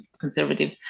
conservative